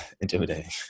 intimidating